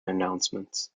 announcements